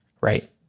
right